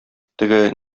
теге